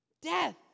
Death